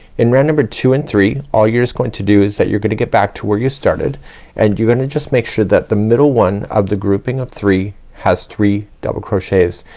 in round number two and three all your is going to do is that you're gonna get back to where you started and you're gonna just make sure that the middle one of the grouping of three has three double crochets.